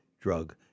drug